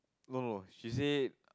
no no she said